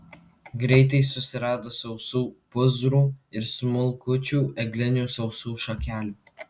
greitai susirado sausų pūzrų ir smulkučių eglinių sausų šakelių